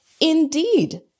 indeed